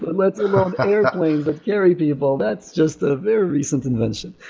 but let alone airplanes that carry people. that's just a a very recent invention.